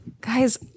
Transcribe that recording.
Guys